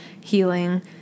healing